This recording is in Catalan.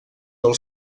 del